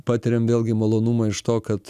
patiriam vėlgi malonumą iš to kad